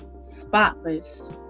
spotless